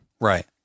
right